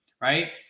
right